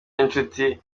n’inshuti